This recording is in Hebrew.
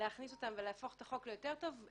על מנת להפוך את החוק ליותר טוב,